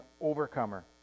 Overcomer